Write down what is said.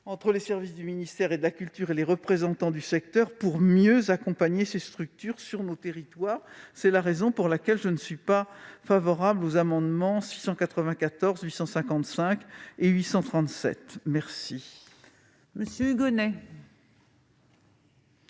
entre les services du ministère de la culture et les représentants du secteur pour mieux accompagner ces structures sur nos territoires. C'est la raison pour laquelle je ne suis pas favorable à ces trois amendements. La parole est à M.